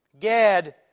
Gad